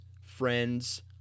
friends